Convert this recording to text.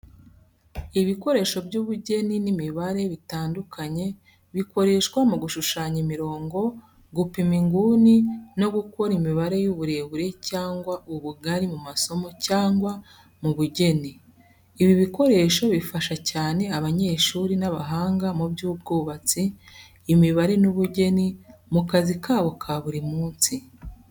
Ibikoresho by’ubugeni n’imibare bitandukanye bikoreshwa mu gushushanya imirongo, gupima inguni no gukora imibare y’uburebure cyangwa ubugari mu masomo cyangwa mu bugeni. Ibi bikoresho bifasha cyane abanyeshuri n’abahanga mu by’ubwubatsi, imibare n’ubugeni mu kazi kabo ka buri munsi.